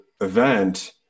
event